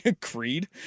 Creed